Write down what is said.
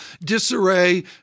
disarray